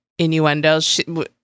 innuendos